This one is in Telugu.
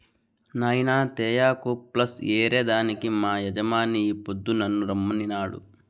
నాయినా తేయాకు ప్లస్ ఏరే దానికి మా యజమాని ఈ పొద్దు నన్ను రమ్మనినాడు